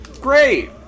Great